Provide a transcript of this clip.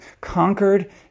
conquered